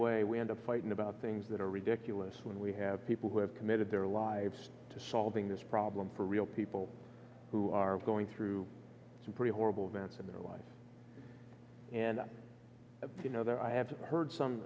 way we end up fighting about things that are ridiculous when we have people who have committed their lives to solving this problem for real people who are going through some pretty horrible events in their lives and you know there i have heard some